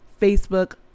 Facebook